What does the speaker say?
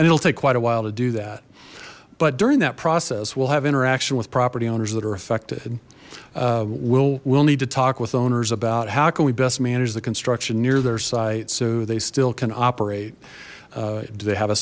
and it'll take quite a while to do that but during that process we'll have interaction with property owners that are affected will will need to talk with owners about how can we best manage the construction near their site so they still can operate do they have a